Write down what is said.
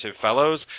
fellows